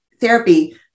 therapy